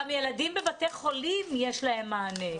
גם ילדים בבתי חולים, יש להם מענה.